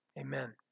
amen